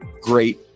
great